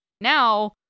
Now